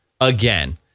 again